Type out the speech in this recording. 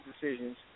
decisions